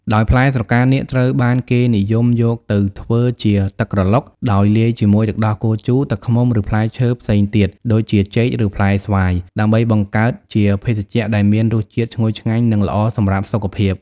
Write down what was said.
ដោយផ្លែស្រកានាគត្រូវបានគេនិយមយកទៅធ្វើជា ទឹកក្រឡុក ដោយលាយជាមួយទឹកដោះគោជូរ ទឹកឃ្មុំ ឬផ្លែឈើផ្សេងទៀតដូចជាចេក ឬផ្លែស្វាយ ដើម្បីបង្កើតជាភេសជ្ជៈដែលមានរសជាតិឈ្ងុយឆ្ងាញ់និងល្អសម្រាប់សុខភាព។